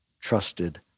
trusted